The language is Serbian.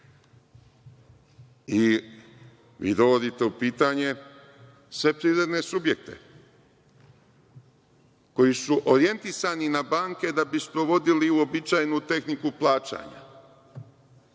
Vi dovodite u pitanje sve privredne subjekte koji su orjentisani na banke da bi sprovodili uobičajenu tehniku plaćanja,